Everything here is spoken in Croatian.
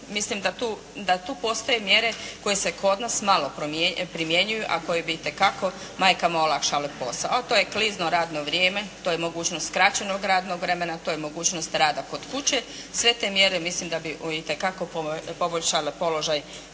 da tu, da tu postoje mjere koje se kod nas malo primjenjuju a koje bi itekako majkama olakšale posao. Ali to je klizno radno vrijeme, to je mogućnost skraćenog radnog vremena, to je mogućnost rada kod kuće, sve te mjere, mislim da bi uitekako poboljšale položaj